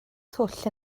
twll